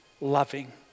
loving